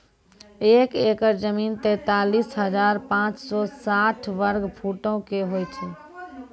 एक एकड़ जमीन, तैंतालीस हजार पांच सौ साठ वर्ग फुटो के होय छै